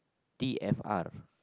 D_E_F_R